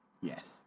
Yes